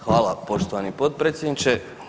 Hvala poštovani potpredsjedniče.